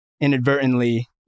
inadvertently